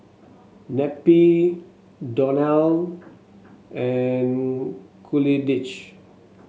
Neppie Donal and